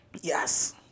Yes